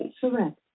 Correct